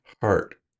heart